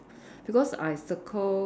because I circle